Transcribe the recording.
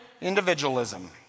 individualism